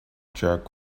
jerk